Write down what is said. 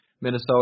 Minnesota